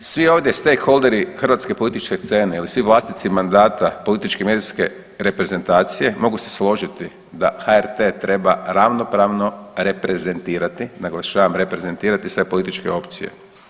Svi ovdje stakeholderi hrvatske političke scene ili svi vlasnici mandata političke i medijske reprezentacije mogu se složiti da HRT treba ravnopravno reprezentirati, naglašavam reprezentirati sve političke opcije.